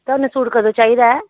ਤੁਹਾਨੂੰ ਸੂਟ ਕਦੋਂ ਚਾਹੀਦਾ